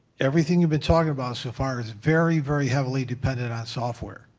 everything you've been talking about so far is very, very heavily dependent on software.